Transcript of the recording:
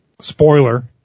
spoiler